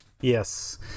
Yes